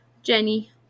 jenny